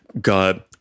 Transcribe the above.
God